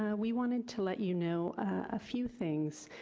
we wanted to let you know a few things.